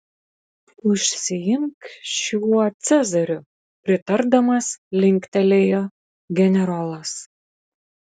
užsiimk šiuo cezariu pritardamas linktelėjo generolas